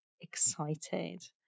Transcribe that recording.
excited